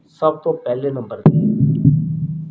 ਸਭ ਤੋਂ ਪਹਿਲੇ ਨੰਬਰ 'ਤੇ